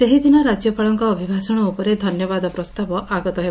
ସେହିଦିନ ରାଜ୍ୟପାଳଙ୍କ ଅଭିଭାଷଣ ଉପରେ ଧନ୍ୟବାଦ ପ୍ରସ୍ତାବ ଆଗତ ହେବ